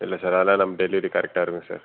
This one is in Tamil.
இல்லை சார் அதெலாம் நம்ப டெலிவரி கரெக்டாக இருக்கும் சார்